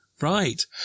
right